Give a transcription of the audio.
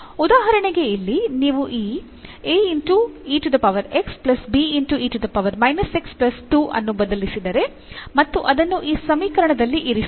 ಉದಾಹರಣೆಗೆ ಇಲ್ಲಿ ನೀವು ಈ ಅನ್ನು ಬದಲಿಸಿದರೆ ಮತ್ತು ಅದನ್ನು ಈ ಸಮೀಕರಣದಲ್ಲಿ ಇರಿಸಿ